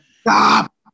stop